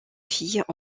filles